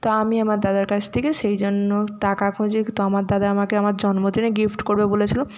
তো আমি আমার দাদার কাছ থেকে সেই জন্য টাকা খুঁজি তো আমার দাদা আমাকে আমার জন্মদিনে গিফট করবে বলেছিলো